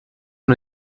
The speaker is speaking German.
man